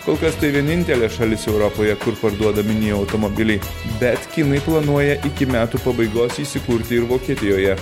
kol kas tai vienintelė šalis europoje kur parduodami ny automobiliai bet kinai planuoja iki metų pabaigos įsikurti ir vokietijoje